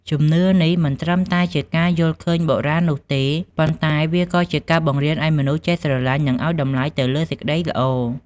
ជំនឿនេះមិនត្រឹមតែជាការយល់ឃើញបុរាណនោះទេ ប៉ុន្តែវាក៏ជាការបង្រៀនឱ្យមនុស្សចេះស្រឡាញ់និងឱ្យតម្លៃទៅលើសេចក្តីល្អ។